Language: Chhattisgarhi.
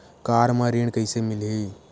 कार म ऋण कइसे मिलही?